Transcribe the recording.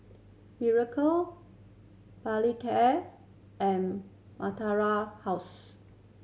Berocca Molicare and House